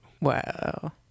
Wow